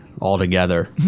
altogether